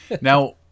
Now